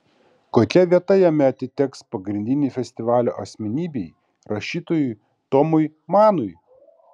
kokia vieta jame atiteks pagrindinei festivalio asmenybei rašytojui tomui manui